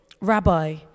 Rabbi